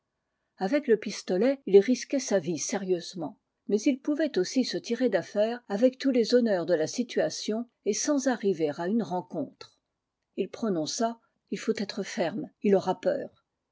avec le pistolet il risquait sa vie sérieusement mais il pouvait aussi se tirer d'affaire avec tous les honneurs de la situation et sans arriver à une rencontre il prononça il faut être ferme il aura peur